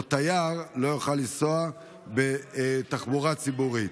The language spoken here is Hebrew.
או תייר, לא יוכל לנסוע בתחבורה ציבורית.